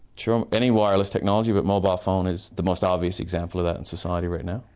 sure, um any wireless technology, but mobile phone is the most obvious example of that in society right now.